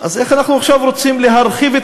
אז איך אנחנו עכשיו רוצים להרחיב את